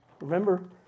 Remember